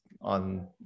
on